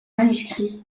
manuscrit